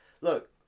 Look